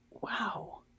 wow